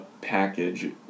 package